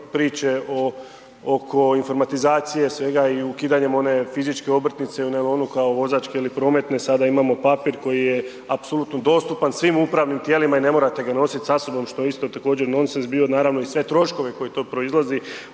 priče oko informatizacije svega i ukidanjem one fizičke obrtnice u najlonu kao vozačke ili prometne, sada imamo papir koji je apsolutno dostupan svim upravnim tijelima i ne morate ga nositi sa sobom što je isto također, nonsense bio. Naravno i sve troškove koji to proizlazi,